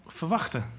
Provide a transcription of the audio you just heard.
verwachten